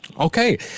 Okay